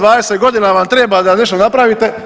20 godina vam treba da nešto napravite.